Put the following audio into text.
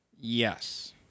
Yes